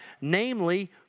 namely